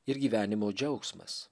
ir gyvenimo džiaugsmas